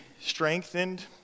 strengthened